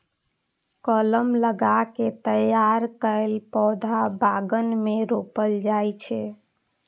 कलम लगा कें तैयार कैल पौधा बगान मे रोपल जाइ छै